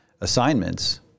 assignments